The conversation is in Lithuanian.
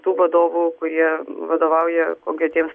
tų vadovų kurie vadovauja konkretiems